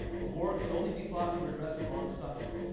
the war can only be fought to redress a wrong suffered.